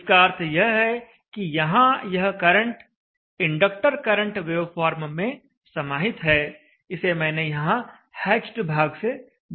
इसका अर्थ यह है कि यहां यह करंट इंडक्टर करंट वेवफॉर्म में समाहित है इसे मैंने यहां हैच्ड भाग से दर्शाया है